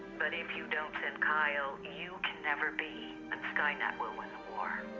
but if you don't send kyle. you can never be and skynet will win the war.